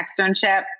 externship